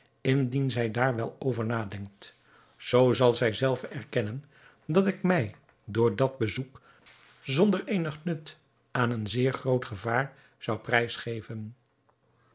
indien zij daar wel over nadenkt zoo zal zij zelve erkennen dat ik mij door dat bezoek zonder eenig nut aan een zeer groot gevaar zou prijsgeven